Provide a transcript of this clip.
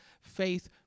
faith